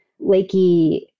Lakey